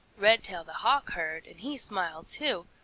redtail the hawk heard, and he smiled too,